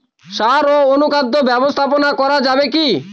সাড় ও অনুখাদ্য ব্যবস্থাপনা করা যাবে কি?